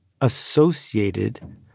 associated